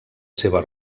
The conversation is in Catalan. seva